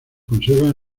conservan